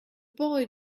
boy